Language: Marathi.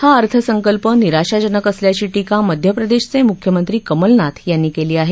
हा अर्थसंकल्प निराशाजनक असल्याची टीका मध्यप्रदेशचे मुख्यमंत्री कमलनाथ यांनी केली आहे